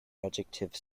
adjective